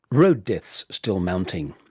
road deaths, still mounting.